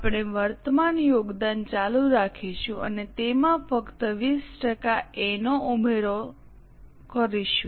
આપણે વર્તમાન યોગદાન ચાલુ રાખીશું અને તેમાં ફક્ત 20 ટકા એ નો ઉમેરીશું